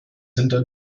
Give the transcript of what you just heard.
hinter